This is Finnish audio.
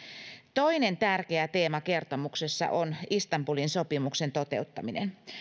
toinen tärkeä teema kertomuksessa on istanbulin sopimuksen toteuttaminen